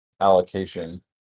allocation